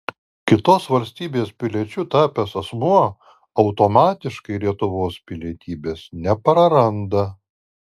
kitos valstybės piliečiu tapęs asmuo automatiškai lietuvos pilietybės nepraranda